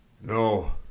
No